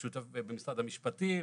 שותף גם משרד המשפטים,